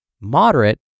moderate